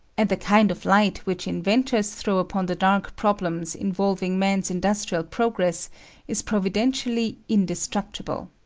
and the kind of light which inventors throw upon the dark problems involving man's industrial progress is providentially indestructible.